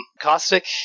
Caustic